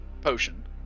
Potion